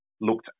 looked